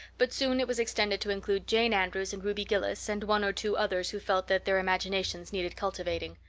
but soon it was extended to include jane andrews and ruby gillis and one or two others who felt that their imaginations needed cultivating.